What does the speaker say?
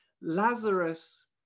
Lazarus